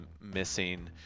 missing